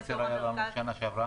כמה תאונות חצר היו בשנה שעברה?